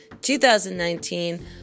2019